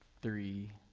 three,